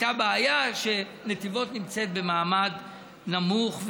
הייתה בעיה שנתיבות נמצאת במעמד נמוך.